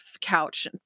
couch